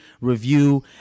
review